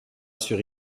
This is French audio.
sur